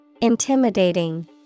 Intimidating